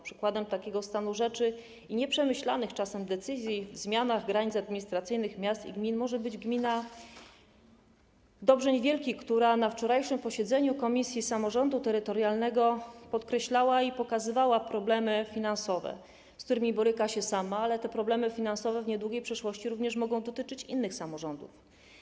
Przykładem takiego stanu rzeczy i nieprzemyślanych czasem decyzji o zmianach granic administracyjnych miast i gmin może być gmina Dobrzeń Wielki, której przedstawiciele na wczorajszym posiedzeniu komisji samorządu terytorialnego podkreślali i pokazywali problemy finansowe, z którymi gmina boryka się sama, ale te problemy finansowe w niedługiej przyszłości mogą dotyczyć również innych samorządów.